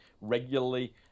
regularly